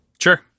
sure